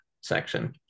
section